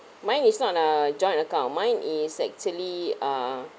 mine is not a joint account mine is actually uh